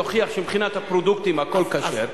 יוכיח שמבחינת הפרודוקטים הכול כשר,